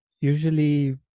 usually